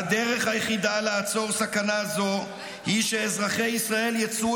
"הדרך היחידה לעצור סכנה זאת היא שאזרחי ישראל יצאו